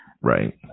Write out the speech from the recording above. Right